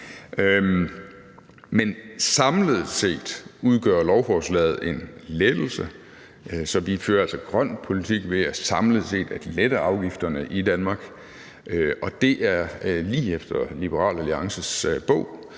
Men samlet set udgør lovforslaget en lettelse, så vi fører altså grøn politik ved samlet set at lette afgifterne i Danmark. Det er lige efter Liberal Alliances bog,